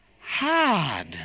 hard